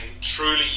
truly